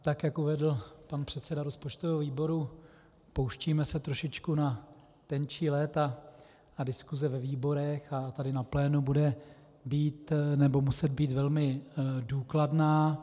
Tak jak uvedl pan předseda rozpočtového výboru, pouštíme se trošičku na tenčí led a diskuse ve výborech a tady na plénu bude muset být velmi důkladná.